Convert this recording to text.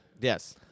Yes